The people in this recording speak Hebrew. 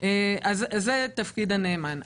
וכו'.זה תפקיד הנאמן.